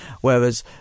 whereas